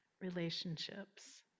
relationships